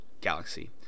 galaxy